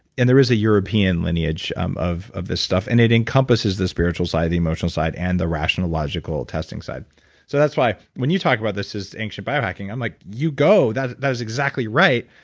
and there is a european lineage um of of this stuff, and it encompasses the spiritual side, the emotional side, and the rational logical testing side so that's why when you talk about this as ancient biohacking i'm like, you go, that that is exactly right,